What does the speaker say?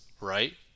right